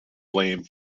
blame